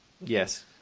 yes